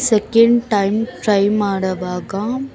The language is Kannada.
ಸೆಕೆಂಡ್ ಟೈಮ್ ಟ್ರೈ ಮಾಡುವಾಗ